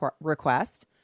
request